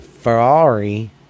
Ferrari